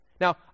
Now